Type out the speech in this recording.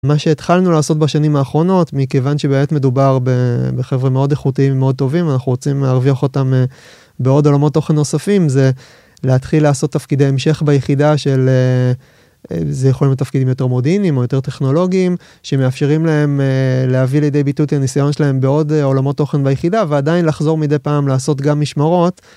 מה שהתחלנו לעשות בשנים האחרונות מכיוון שבעת מדובר בחברה מאוד איכותיים מאוד טובים אנחנו רוצים להרוויח אותם בעוד עולמות תוכן נוספים זה להתחיל לעשות תפקידי המשך ביחידה של זה יכול להיות תפקידים יותר מודיעינים או יותר טכנולוגיים שמאפשרים להם להביא לידי ביטוטי הניסיון שלהם בעוד עולמות תוכן ביחידה ועדיין לחזור מדי פעם לעשות גם משמרות.